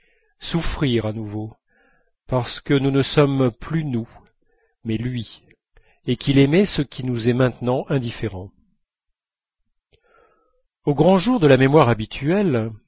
souffrir à nouveau parce que nous ne sommes plus nous mais lui et qu'il aimait ce qui nous est maintenant indifférent au grand jour de la mémoire habituelle